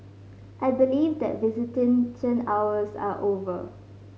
I believe that visitation hours are over